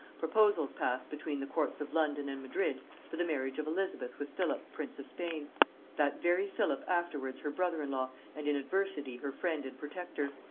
proposals passed between the courts of london and madrid for the marriage of elizabeth with philip prince of spain that very philip afterwards her brother-in-law and in adversity her friend and protector,